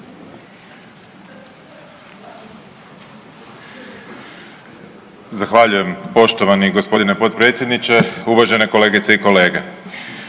Zahvaljujem. Poštovani g. potpredsjedniče, uvažene kolegice i kolege.